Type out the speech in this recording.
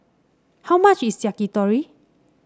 how much is Yakitori